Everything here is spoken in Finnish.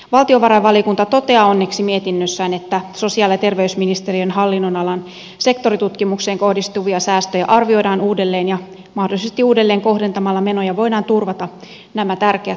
valtiovarainvaliokunta toteaa onneksi mietinnössään että sosiaali ja terveysministeriön hallinnonalan sektoritutkimukseen kohdistuvia säästöjä arvioidaan uudelleen ja mahdollisesti uudelleenkohdentamalla menoja voidaan turvata nämä tärkeät tutkimusalat